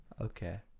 Okay